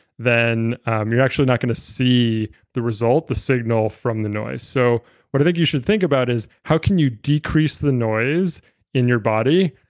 then you're actually not going to see the result, the signal from the noise. so what i think you should think about is how can you decrease the noise in your body.